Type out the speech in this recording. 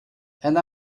and